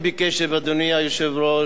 אדוני היושב-ראש,